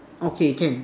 okay can